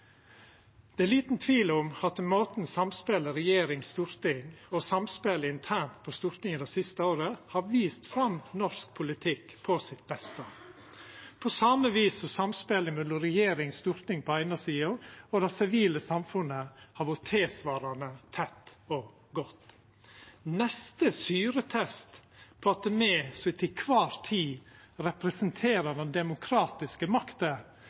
Det er liten tvil om at samspelet regjering–storting og samspelet internt på Stortinget det siste året har vist fram norsk politikk på sitt beste, på same vis som samspelet mellom regjering–storting på den eine sida og det sivile samfunnet har vore tilsvarande tett og godt. Neste syretest på at me som til kvar tid representerer den demokratiske makta,